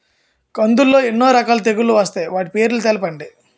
కందులు లో ఎన్ని రకాల తెగులు వస్తాయి? వాటి పేర్లను తెలపండి?